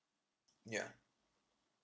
yeah